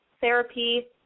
therapy